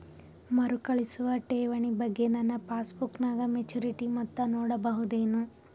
ಮರುಕಳಿಸುವ ಠೇವಣಿ ಬಗ್ಗೆ ನನ್ನ ಪಾಸ್ಬುಕ್ ನಾಗ ಮೆಚ್ಯೂರಿಟಿ ಮೊತ್ತ ನೋಡಬಹುದೆನು?